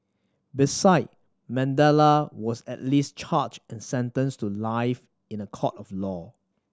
beside Mandela was at least charged and sentenced to life in a court of law